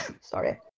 sorry